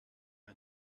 had